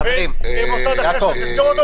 לבין מוסד אחר שצריך לסגור אותו,